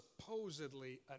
supposedly